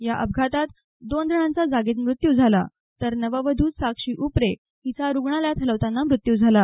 या अपघातात दोन जणांचा जागीच मृत्यू झाला तर नववधू साक्षी उपरे हिचा रुग्णालयात हलवताना मृत्यू झाला